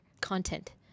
content